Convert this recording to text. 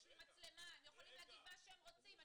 יש מצלמה, הם יכולים להגיד מה שהם רוצים.